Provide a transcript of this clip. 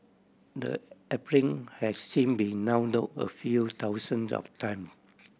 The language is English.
the app in has since been download a few thousands of time